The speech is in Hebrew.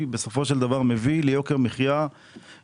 מביא בסופו של דבר ליוקר מחייה לאזרח,